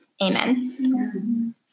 Amen